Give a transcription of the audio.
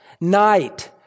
night